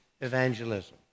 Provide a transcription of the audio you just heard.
evangelism